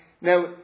now